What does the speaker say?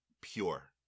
pure